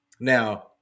Now